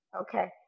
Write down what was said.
okay